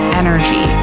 energy